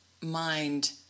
mind